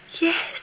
Yes